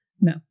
No